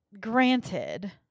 Granted